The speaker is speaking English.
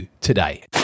today